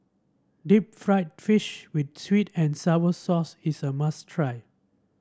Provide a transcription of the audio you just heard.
Deep Fried Fish with sweet and sour sauce is a must try